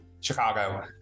Chicago